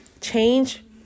Change